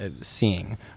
seeing